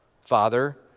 Father